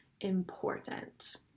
important